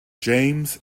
james